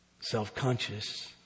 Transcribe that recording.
self-conscious